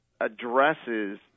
addresses